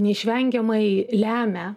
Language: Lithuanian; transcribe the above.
neišvengiamai lemia